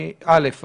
שר המשפטים,